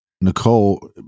Nicole